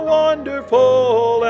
wonderful